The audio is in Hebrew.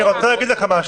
אני רוצה להגיד לך משהו.